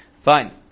Fine